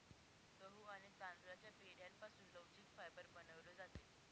गहू आणि तांदळाच्या पेंढ्यापासून लवचिक फायबर बनवले जाते